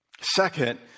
Second